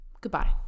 goodbye